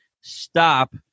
stop